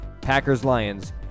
Packers-Lions